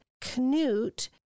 Canute